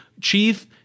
Chief